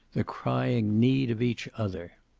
the crying need of each other.